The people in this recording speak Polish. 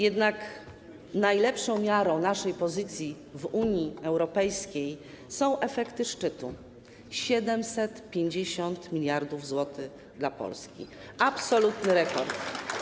Jednak najlepszą miarą naszej pozycji w Unii Europejskiej są efekty szczytu - 750 mld zł dla Polski, absolutny rekord.